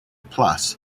plus